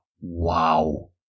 wow